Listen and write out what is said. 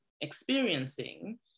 experiencing